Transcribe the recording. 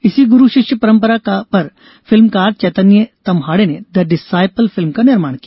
इसी गूरू शिष्य परम्परा पर फिल्मकार चैतन्य तम्हाड़े ने द डिसाइपल फिल्म का निर्माण किया